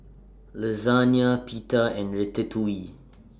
Lasagne Pita and Ratatouille